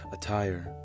Attire